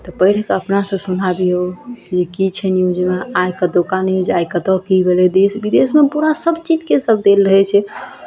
तऽ पढ़ि कऽ अपनासँ सुना दियौ कि छै न्यूजमे आइ कतुका न्यूज आइ कतऽ की भेलय देश विदेशमे पूरा सबचीजके सब देल रहय छै